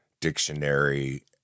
Dictionary